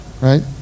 right